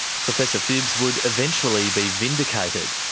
professor phibbs would eventually be vindicated.